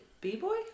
B-Boy